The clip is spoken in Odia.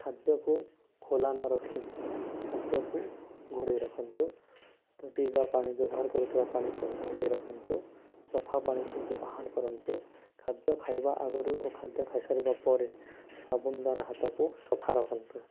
ଖାଦ୍ୟକୁ ଖୋଲା ନ ରଖି ଖାଦ୍ୟକୁ ଘୋଡ଼େଇ ରଖନ୍ତୁ ପିଇବା ପାଣି ବ୍ୟବହାର କରୁଥିବା ପାଣିକୁ ଘୋଡ଼େଇ ରଖନ୍ତୁ ସଫା ପାଣିକୁ ବ୍ୟବହାର କରନ୍ତୁ ଖାଦ୍ୟ ଖାଇବା ଆଗରୁ ଓ ଖାଦ୍ୟ ଖାଇ ସାରିବା ପରେ ସାବୁନ ଦ୍ୱାରା ହାତକୁ ସଫା ରଖନ୍ତୁ